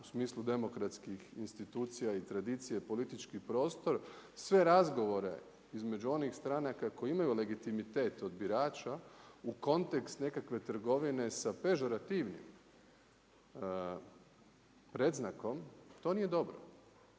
u smislu demokratskih institucija i tradicija politički prostor, sve razgovore između onih stranaka koje imaju legitimitet od birača u kontekst nekakve trgovine sa pežorativnim predznakom, to nije dobro,